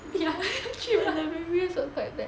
ya 去 lah